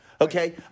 Okay